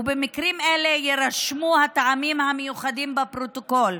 ובמקרים אלה יירשמו הטעמים המיוחדים בפרוטוקול.